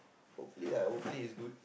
hopefully hopefully it's good